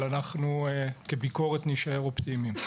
אבל אנחנו כביקורת נישאר אופטימיים.